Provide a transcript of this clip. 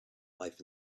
life